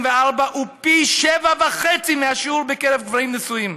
הוא פי 7.5 מהשיעור בקרב גברים נשואים.